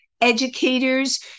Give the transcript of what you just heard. educators